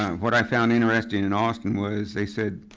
what i found interesting in austin was they said,